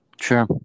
Sure